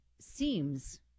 seems